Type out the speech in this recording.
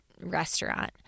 restaurant